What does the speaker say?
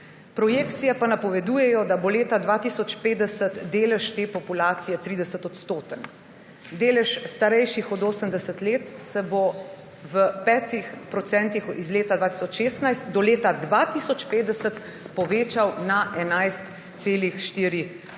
projekcije pa napovedujejo, da bo leta 2050 delež te populacije 30-odstoten. Delež starejših od 80 let se bo s 5 % iz leta 2016 do leta 2050 povečal na 11,4 %.